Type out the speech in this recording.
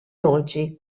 dolci